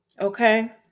Okay